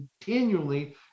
continually